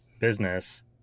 business